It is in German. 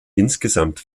insgesamt